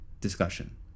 discussion